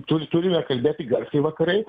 tur turime kalbėti garsiai vakarai